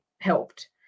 helped